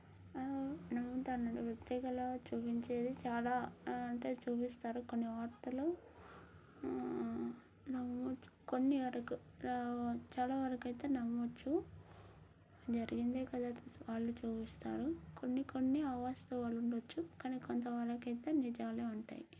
నమ్ముతానండి పత్రికలో చూపించేది చాలా అంటే చూపిస్తారు కొన్ని వార్తలు నమ్మవచ్చు కొన్ని అరుగు చాలావరకైతే నమ్మవచ్చు జరిగిందే కదా వాళ్ళు చూపిస్తారు కొన్ని కొన్ని అవాస్తవాలు ఉండవచ్చు కానీ కొంతవరకు అయితే నిజాలే ఉంటాయి